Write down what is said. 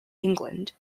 england